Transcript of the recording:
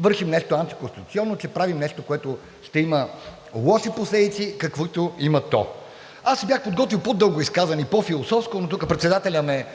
вършим нещо антиконституционно, че правим нещо, което ще има лоши последици, каквито има то. Аз си бях подготвил по-дълго изказване и по-философско, но тук председателят ме